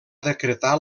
decretar